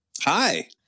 Hi